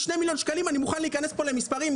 אני מוכן להיכנס פה למספרים.